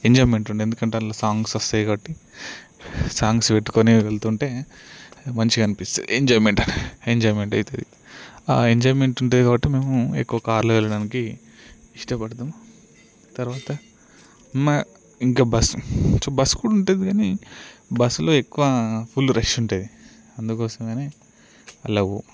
enjoyment ఉంటే ఎందుకంటే అందులో సాంగ్స్ వస్తాయి కాబట్టి సాంగ్స్ పెట్టుకుని వెళ్తుంటే మంచిగా అనిపిస్తుంది ఎంజాయ్మెంట్ ఎంజాయ్మెంట్ అయితది ఆ ఎంజాయ్మెంట్ ఉంటుంది కాబట్టి మేము ఎక్కువ కార్లో వెళ్లడానికి ఇష్టపడతాం తర్వాత మ ఇంకా బ బస్సు కూడా ఉంటుంది కానీ బస్సులో ఎక్కువ ఫుల్ రష్ ఉంటుంది అందుకోసమనే అందులో పోము